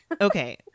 Okay